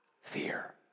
Fear